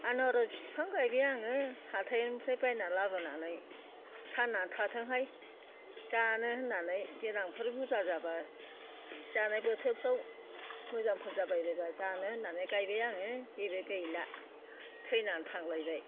आनारज बिफां गायबाय आंङो हाथायनिफ्राय बायना लाबोनानै थांनानै थाथोंहाय जानो होन्नानै देनांफोर बुरजा जाबा जानाय बोथोरफ्राव मोजांफोर जाबाय बायबा जानो होन्नानै गायबाय आंङो बेबो गैला थैनानै थांलायबाय